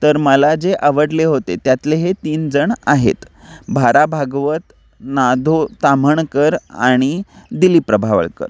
तर मला जे आवडले होते त्यातले हे तीन जण आहेत भा रा भागवत ना धों ताम्हणकर आणि दिलीप प्रभावळकर